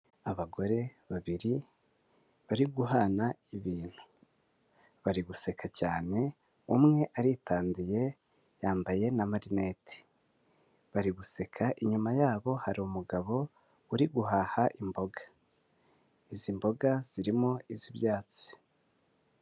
Abagore babiri bari guhana ibintu bari guseka cyane umwe aritandiye yambaye na amarineti bari guseka, inyuma yabo hari umugabo uri guhaha imboga izi mboga zirimo iz'ibyatsi.